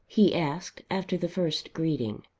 he asked after the first greeting.